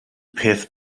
peth